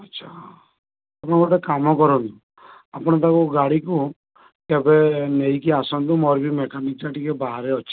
ଆଚ୍ଛା ହଁ ଆପଣ ଗୋଟେ କାମ କରନ୍ତୁ ଆପଣ ତାକୁ ଗାଡ଼ିକୁ କେବେ ନେଇକି ଆସନ୍ତୁ ମୋର ବି ମେକାନିକ୍ ଟିକିଏ ବାହାରେ ଅଛି